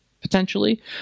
potentially